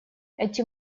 эти